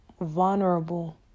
vulnerable